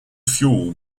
fuel